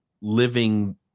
living